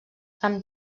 amb